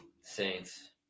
Saints